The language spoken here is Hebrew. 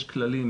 יש כללים,